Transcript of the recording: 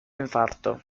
infarto